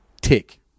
Tick